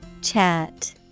Chat